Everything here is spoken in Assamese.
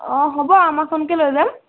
অঁ হ'ব আমাৰখনকে লৈ যাম